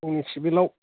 जोंनि सिभिल आव